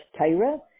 Tyra